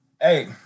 Hey